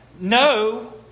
No